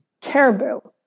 caribou